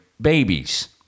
Babies